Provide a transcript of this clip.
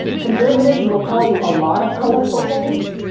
conservatives will call you a lot of colorful things.